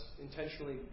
intentionally